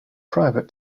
private